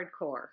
hardcore